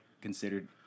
considered